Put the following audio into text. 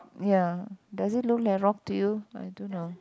ya does it look like rock to you I don't know